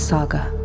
Saga